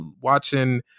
watching